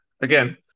again